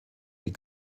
die